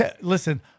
Listen